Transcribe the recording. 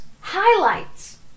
highlights